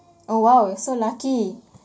oh !wow! you're so lucky